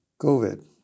COVID